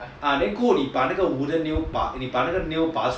ah then 过后你把那个 wooden nail 拔出来 hor